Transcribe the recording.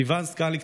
סיון סקלי,